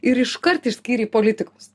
ir iškart išskyrei politikus